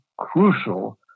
crucial